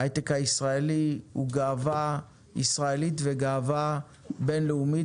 ההיי-טק הישראלי הוא גאווה ישראלית וגאווה בין לאומית,